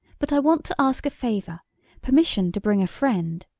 but i want to ask a favor permission to bring a friend.